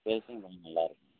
சேல்ஸும் கொஞ்சம் நல்லாயிருக்கும்